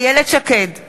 גברתי מזכירת הכנסת,